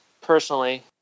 personally